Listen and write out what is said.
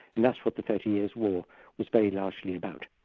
and that's what the thirty years war was very largely about.